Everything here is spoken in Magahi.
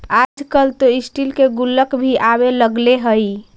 आजकल तो स्टील के गुल्लक भी आवे लगले हइ